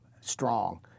strong